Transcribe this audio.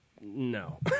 No